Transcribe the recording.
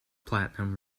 platinum